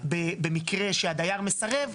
במקרה שהדייר מסרב,